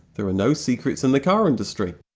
there are no secrets in the car industry.